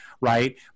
right